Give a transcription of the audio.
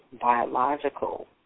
Biological